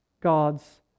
God's